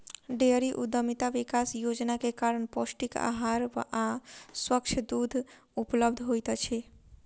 dairy उद्यमिता विकास योजना के कारण पौष्टिक आ स्वच्छ दूध उपलब्ध होइत अछि